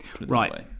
right